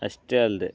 ಅಷ್ಟೆ ಅಲ್ಲದೇ